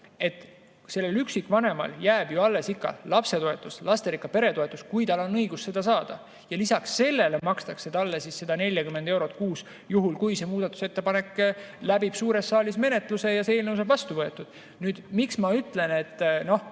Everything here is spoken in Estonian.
asi. Üksikvanemale jääb ju alles ka lapsetoetus ja lasterikka pere toetus, kui tal on õigus seda saada. Ja lisaks sellele makstakse talle 40 eurot kuus, juhul kui see muudatusettepanek läbib suures saalis menetluse ja see eelnõu saab vastu võetud. Nüüd, miks ma, noh,